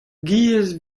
giez